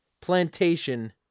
plantation